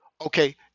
okay